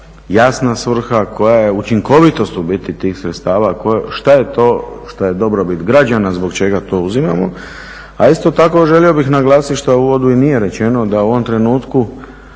jasna svrha koja je učinkovitost u biti tih sredstava, šta je to šta je dobrobit građana zbog čega to uzimamo. A isto tako želio bih naglasiti šta u uvodu i nije rečeno da u ovom trenutku